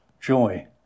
joy